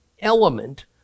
element